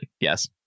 Yes